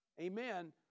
Amen